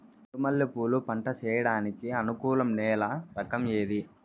చెండు మల్లె పూలు పంట సేయడానికి అనుకూలం నేల రకం ఏది